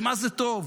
למה זה טוב?